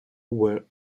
were